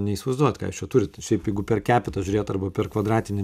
neįsivaizduojat ką jūs čia turit šiaip jeigu per kepitą žiūrėt arba per kvadratinį